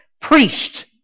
priest